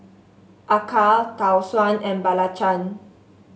acar Tau Suan and belacan